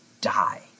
die